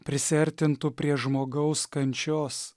prisiartintų prie žmogaus kančios